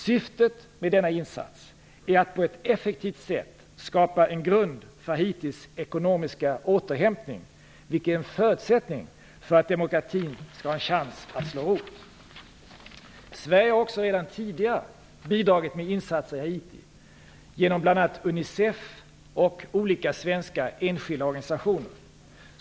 Syftet med insatsen är att på ett effektivt sätt skapa en grund för Haitis ekonomiska återhämtning, vilken är en förutsättning för att demokratin skall ha en chans att slå rot. Sverige har redan tidigare bidragit med insatser i Haiti genom bl.a. Unicef och svenska enskilda organisationer.